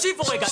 תקשיבו רגע.